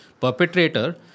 perpetrator